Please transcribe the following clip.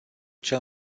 cel